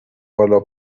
بالا